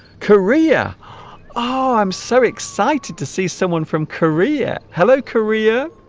korea oh i'm so excited to see someone from korea hello korea